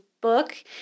book